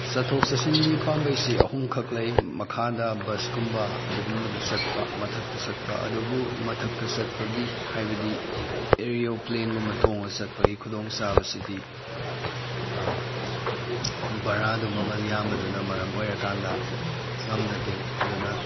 ꯆꯠꯊꯣꯛ ꯆꯠꯁꯤꯟꯒꯤ ꯄꯥꯝꯕꯩꯁꯤ ꯑꯍꯨꯝꯈꯛ ꯂꯩ ꯃꯈꯥꯗ ꯕꯁꯀꯨꯝꯕ ꯑꯗꯨꯒꯨꯝꯕꯗ ꯆꯠꯄ ꯃꯊꯛꯇ ꯆꯠꯄ ꯑꯗꯨꯕꯨ ꯃꯊꯛꯇ ꯆꯠꯄꯒꯤ ꯍꯥꯏꯕꯗꯤ ꯑꯦꯔꯣꯄ꯭ꯂꯦꯟꯒꯨꯝꯕ ꯇꯣꯡꯉ ꯆꯠꯄꯒꯤ ꯈꯨꯗꯣꯡ ꯆꯥꯕꯁꯤꯗꯤ ꯕꯥꯔꯥꯗꯨ ꯃꯃꯜ ꯌꯥꯝꯕꯗꯨꯅ ꯃꯔꯝ ꯑꯣꯏꯔ ꯀꯥꯟꯗ ꯉꯝꯅꯗꯦ ꯑꯗꯨꯅ